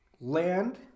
land